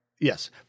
Yes